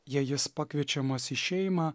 jei jis pakviečiamas į šeimą